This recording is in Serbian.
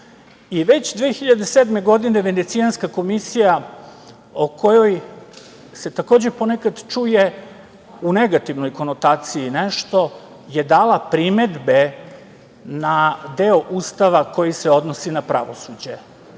Već 2007. godine Venecijanska komisija o kojoj se takođe ponekada čuje u negativnoj konotaciji nešto je dala primedbe na deo Ustava koji se odnosi na pravosuđe.